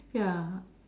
ya